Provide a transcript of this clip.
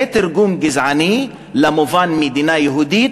זה תרגום גזעני למובן מדינה יהודית,